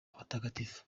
abatagatifu